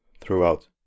throughout